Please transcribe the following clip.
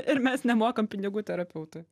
ir mes nemokam pinigų terapeutui